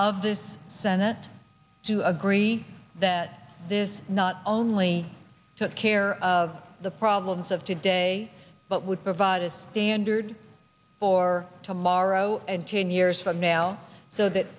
of this senate to agree that this not only took care of the problems of today but would provide a standard for tomorrow and ten years from now so that